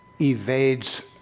evades